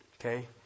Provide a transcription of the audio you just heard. Okay